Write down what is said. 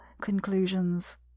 conclusions